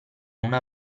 una